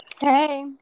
hey